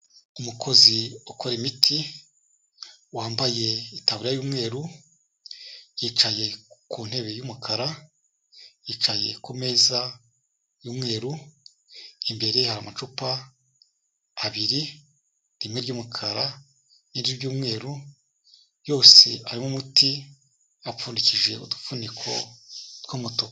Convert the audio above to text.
Umukozi ukora imiti, wambaye itaburiya y'umweru, yicaye ku ntebe y'umukara, yicaye ku meza y'umweru, imbere hari amacupa abiri, rimwe ry'umukara, irindi ry'umweru, yose arimo umuti apfundikije udufuniko tw'umutuku.